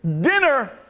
dinner